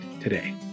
today